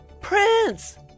Prince